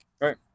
Right